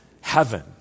heaven